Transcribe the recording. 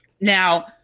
Now